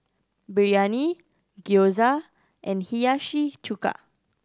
Biryani Gyoza and Hiyashi Chuka